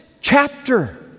chapter